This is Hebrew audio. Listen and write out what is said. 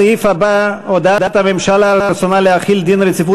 הסעיף הבא: הודעת הממשלה על רצונה להחיל דין רציפות